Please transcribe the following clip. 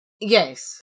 Yes